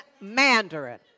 Mandarin